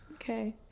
Okay